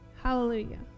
Hallelujah